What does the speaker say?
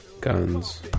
Guns